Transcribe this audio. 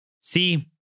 See